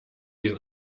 den